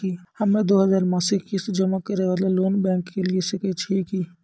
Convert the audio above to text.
हम्मय दो हजार मासिक किस्त जमा करे वाला लोन बैंक से लिये सकय छियै की?